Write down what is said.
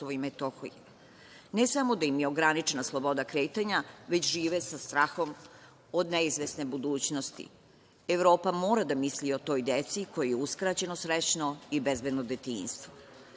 i Metohija. Ne samo da im je ograničena sloboda kretanja, već žive sa strahom od neizvesne budućnosti. Evropa mora da misli o toj deci kojoj je uskraćeno srećno i bezbedno